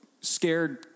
scared